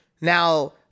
now